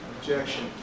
Objection